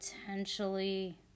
potentially